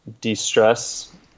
de-stress